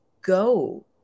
go